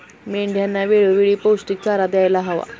मेंढ्यांना वेळोवेळी पौष्टिक चारा द्यायला हवा